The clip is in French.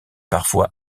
parfois